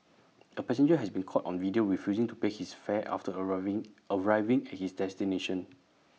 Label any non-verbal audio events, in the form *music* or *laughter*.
A passenger has been caught on video refusing to pay his fare after *unintelligible* arriving at his destination